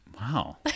wow